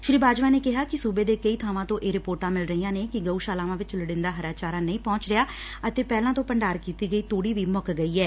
ਸ਼੍ਰੀ ਬਾਜਵਾ ਨੇ ਕਿਹਾ ਕਿ ਸੁਬੇ ਦੇ ਕਈ ਬਾਵਾਂ ਤੋਂ ਇਹ ਰਿਧੋਰਟਾਂ ਮਿਲ ਰਹੀਆਂ ਨੇ ਕਿ ਗਉਸ਼ਾਲਾਵਾਂ ਵਿਚ ਲੋੜੀਦਾ ਹਰਾ ਚਾਰਾ ਨਹੀ ਪਹੂੰਚ ਰਿਹਾ ਅਤੇ ਪਹਿਲਾਂ ਤੋਂ ਭੰਡਾਰ ਕੀਤੀ ਗਈ ਤੁੜੀ ਵੀ ਮੁੱਕ ਗਈ ਐ